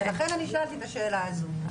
ולכן שאלתי את השאל הזו.